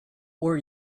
were